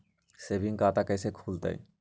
Saving खाता कैसे खुलतई?